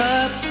up